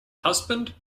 husband